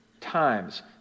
times